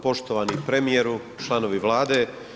Poštivani premijeru, članovi Vlade.